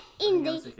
Indy